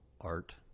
art